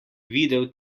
videl